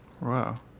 Wow